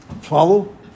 Follow